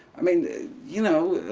i mean, you know,